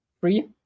free